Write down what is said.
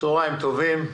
צוהריים טובים,